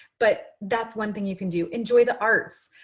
but that's one thing you can do. enjoy the arts.